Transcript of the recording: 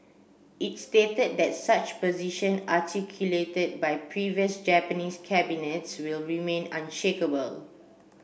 it stated that such position articulated by previous Japanese cabinets will remain unshakable